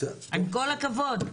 עם כל הכבוד.